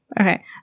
Okay